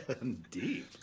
Indeed